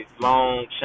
long